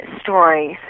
stories